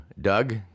Doug